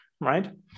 Right